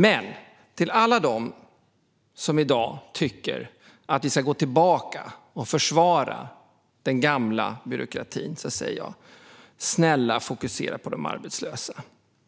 Men till alla dem som i dag tycker att vi ska gå tillbaka och försvara den gamla byråkratin säger jag: Snälla, fokusera på de arbetslösa!